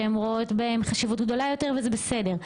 שהן רואות בהם חשיבות גדולה יותר וזה בסדר.